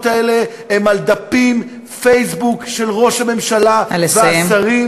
האלה הן על דפי פייסבוק של ראש הממשלה והשרים,